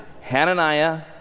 Hananiah